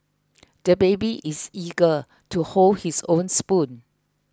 the baby is eager to hold his own spoon